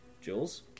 Jules